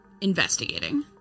investigating